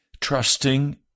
trusting